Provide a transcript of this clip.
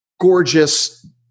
gorgeous